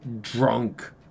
drunk